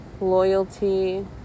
loyalty